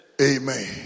Amen